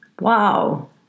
wow